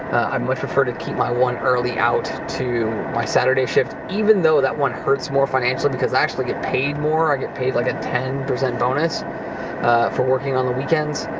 um much prefer to keep my one early-out to my saturday shift, even though that one hurts more financially because i actually get paid more. i get paid like a ten percent bonus for working on the weekends.